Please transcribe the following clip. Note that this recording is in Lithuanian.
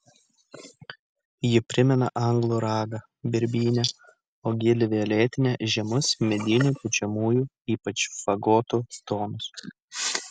ji primena anglų ragą birbynę o gili violetinė žemus medinių pučiamųjų ypač fagoto tonus